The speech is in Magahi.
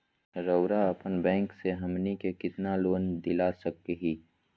रउरा अपन बैंक से हमनी के कितना लोन दिला सकही?